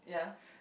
yeah